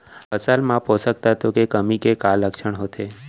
फसल मा पोसक तत्व के कमी के का लक्षण होथे?